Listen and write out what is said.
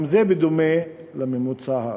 גם זה בדומה לממוצע הארצי.